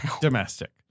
domestic